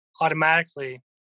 automatically